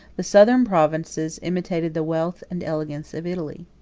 the southern provinces imitated the wealth and elegance of italy.